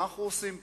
מה אנחנו עושים פה?